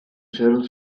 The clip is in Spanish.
usaron